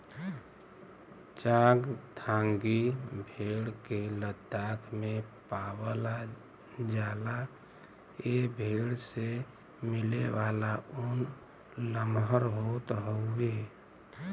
चांगथांगी भेड़ के लद्दाख में पावला जाला ए भेड़ से मिलेवाला ऊन लमहर होत हउवे